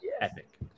Epic